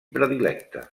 predilecte